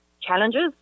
challenges